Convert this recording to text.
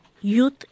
youth